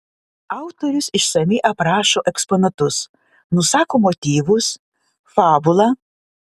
autorius išsamiai aprašo eksponatus nusako motyvus fabulą